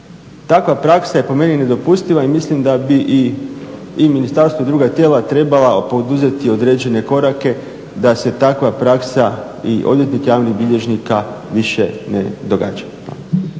Takva praksa je po meni nedopustiva i mislim da bi i ministarstvo i druga tijela trebala poduzeti određene korake da se takva praksa i odvjetnika i javnih bilježnika više ne događa.